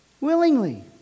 willingly